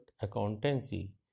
Accountancy